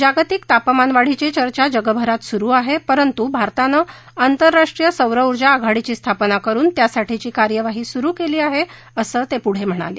जागतिक तापमानवाढीची चर्चा जगभरात सुरू आहे परतू भारतानं आंतरराष्ट्रीय सौरऊर्जा आघाडीची स्थापना करुन त्यासाठी कार्यवाही सुरू केली आहे असं ते पुढं म्हणाले